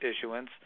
issuance